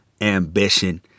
ambition